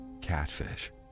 Catfish